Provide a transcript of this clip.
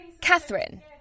Catherine